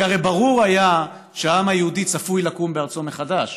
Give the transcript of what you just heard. כי הרי היה ברור שהעם היהודי צפוי לקום בארצו מחדש,